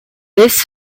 this